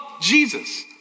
Jesus